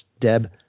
deb